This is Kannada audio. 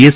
ಎಸ್